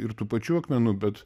ir tų pačių akmenų bet